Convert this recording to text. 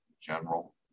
General